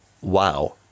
wow